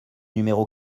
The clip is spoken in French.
numéro